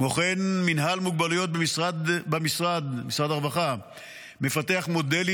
כמו כן מינהל מוגבלויות במשרד הרווחה מפתח מודלים